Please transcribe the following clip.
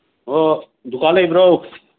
ꯑꯣ ꯗꯨꯀꯥꯟ ꯂꯩꯕ꯭ꯔꯣ